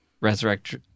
resurrect